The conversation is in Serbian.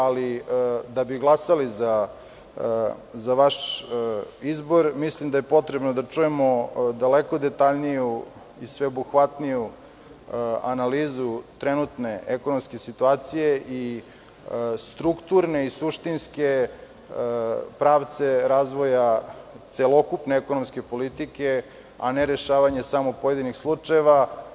Ali, da bi glasali za vaš izbor, mislim da je potrebno da čujemo daleko detaljniju i sveobuhvatniju analizu trenutne ekonomske situacije i strukturne i suštinske pravce razvoja celokupne ekonomske politike, a ne rešavanje samo pojedinih slučajeva.